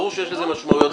ברור שיש לזה משמעויות אחרות.